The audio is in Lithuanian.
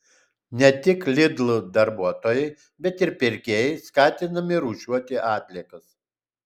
ne tik lidl darbuotojai bet ir pirkėjai skatinami rūšiuoti atliekas